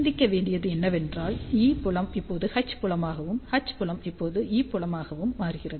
சிந்திக்க வேண்டியது என்னவென்றால் E புலம் இப்போது H புலமாகவும் H புலம் இப்போது E புலமாகவும் மாறுகிறது